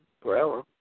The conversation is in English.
forever